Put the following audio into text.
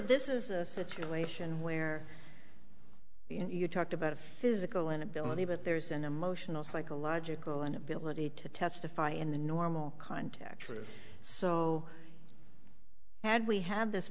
this is a situation where you talked about a physical inability but there's an emotional psychological inability to testify in the normal context so had we had this